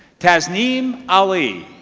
tasneem ali.